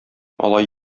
алай